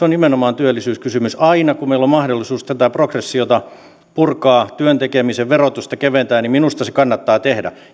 on nimenomaan työllisyyskysymys aina kun meillä on mahdollisuus tätä progressiota purkaa työn tekemisen verotusta keventää niin minusta se kannattaa tehdä